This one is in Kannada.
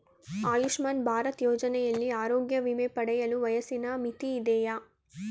ಆಯುಷ್ಮಾನ್ ಭಾರತ್ ಯೋಜನೆಯಲ್ಲಿ ಆರೋಗ್ಯ ವಿಮೆ ಪಡೆಯಲು ವಯಸ್ಸಿನ ಮಿತಿ ಇದೆಯಾ?